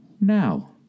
now